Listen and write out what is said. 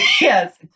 Yes